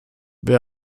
wer